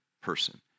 person